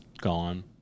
gone